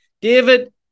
David